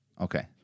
Okay